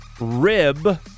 rib